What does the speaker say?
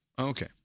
Okay